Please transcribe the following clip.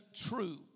true